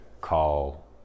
call